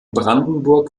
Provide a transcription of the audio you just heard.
brandenburg